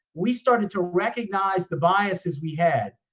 we started to recognize the biases we had,